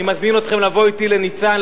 אני מזמין אתכם לבוא אתי לניצן,